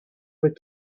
were